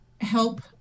help